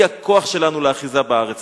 היא הכוח שלנו לאחיזה בארץ.